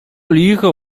licho